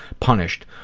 punished.